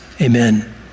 amen